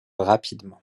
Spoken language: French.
rapidement